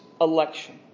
election